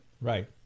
right